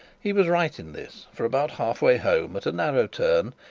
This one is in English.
he was right in this, for about halfway home, at a narrow turn,